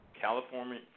California